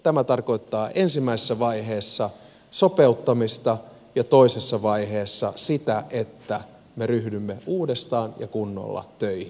tämä tarkoittaa ensimmäisessä vaiheessa sopeuttamista ja toisessa vaiheessa sitä että me ryhdymme uudestaan ja kunnolla töihin